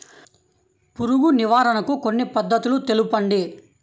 పురుగు నివారణకు కొన్ని పద్ధతులు తెలుపండి?